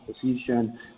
position